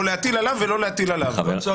או להטיל על אחד ולא להטיל על האחר?